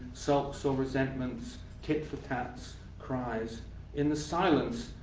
sulks or resentments, tits-for-tats, cries in the silence,